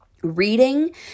Reading